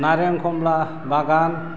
नारें कमला बागान